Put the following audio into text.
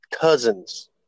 cousins